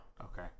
Okay